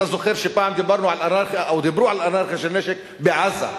אתה זוכר שפעם דיברנו או דיברו על אנרכיה של נשק בעזה?